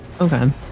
Okay